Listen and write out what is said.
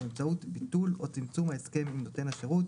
באמצעות ביטול או צמצום ההסכם עם נותן השירות